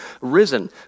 risen